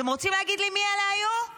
אתם רוצים להגיד לי מי אלה היו?